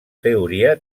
teoria